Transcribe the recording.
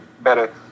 better